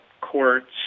courts